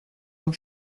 რომ